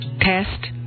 test